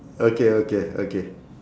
okay okay okay